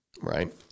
right